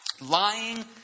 Lying